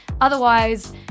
Otherwise